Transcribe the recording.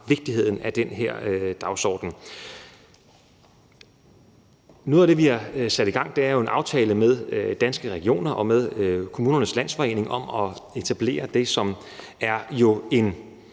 vigtigheden af den her dagsorden. Noget af det, vi har sat i gang, er jo en aftale med Danske Regioner og med Kommunernes Landsforening om at etablere noget af